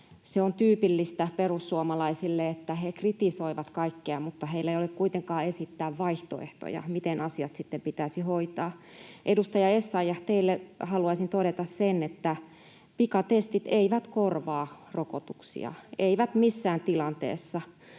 Se on tyypillistä perussuomalaisille, että he kritisoivat kaikkea mutta heillä ei ole kuitenkaan esittää vaihtoehtoja, miten asiat sitten pitäisi hoitaa. Edustaja Essayah, teille haluaisin todeta, että pikatestit eivät korvaa rokotuksia, eivät missään tilanteessa,